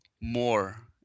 more